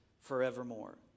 forevermore